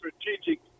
strategic